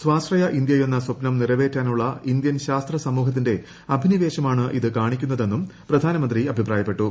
സ്വാശ്രയ ഇന്ത്യയെന്ന സ്വപ്നം നിറവേറ്റാനുളള ഇന്ത്യൻ ശാസ്ത്രസമൂഹത്തിന്റെ അഭിനിവേശമാണ് ഇത് കാണിക്കുന്നതെന്നും പ്രധാനമന്ത്രി അഭിപ്രായപ്പെട്ടു